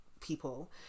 people